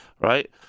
right